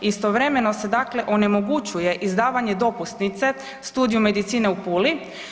Istovremeno se dakle onemogućuje izdavanje dopusnice studiju medicine u Puli.